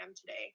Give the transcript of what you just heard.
today